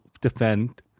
defend